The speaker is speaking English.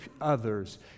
others